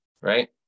right